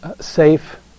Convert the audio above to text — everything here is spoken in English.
safe